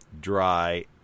dry